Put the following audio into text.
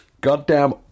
goddamn